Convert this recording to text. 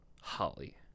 Holly